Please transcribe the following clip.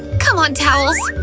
come on towels.